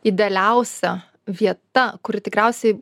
idealiausia vieta kur tikriausiai